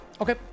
Okay